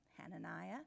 Hananiah